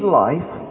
life